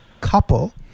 couple